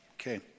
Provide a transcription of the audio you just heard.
okay